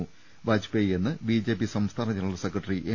B Vajpayee എന്ന് B J P സംസ്ഥാന general secretary M